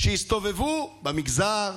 שיסתובבו במגזר,